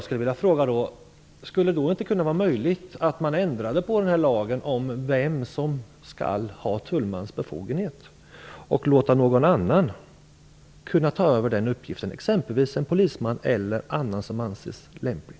Skulle det då inte kunna vara möjligt att ändra på lagen om vem som skall ha tullmans befogenhet och låta någon annan ta över den uppgiften, t.ex. en polisman eller någon annan som anses lämplig?